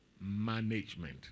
Management